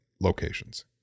locations